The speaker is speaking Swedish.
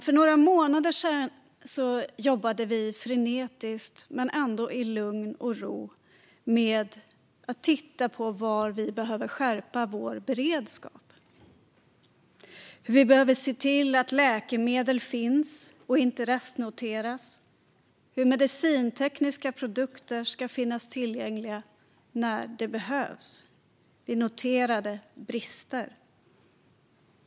För några månader sedan jobbade vi frenetiskt, men ändå i lugn och ro, med att titta på var vi behöver skärpa vår beredskap. Vi behöver se till att läkemedel finns och inte restnoteras och att medicintekniska produkter finns tillgängliga när de behövs. Vi noterade brister.